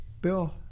Bill